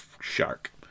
shark